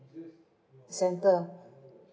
center